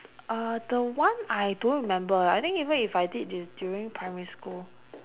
uh the one I don't remember I think even if I did it it was during primary school